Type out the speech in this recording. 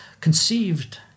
Conceived